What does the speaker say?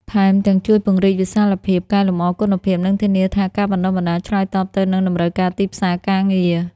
ថែមទាំងជួយពង្រីកវិសាលភាព កែលម្អគុណភាព និងធានាថាការបណ្តុះបណ្តាលឆ្លើយតបទៅនឹងតម្រូវការទីផ្សារការងារ។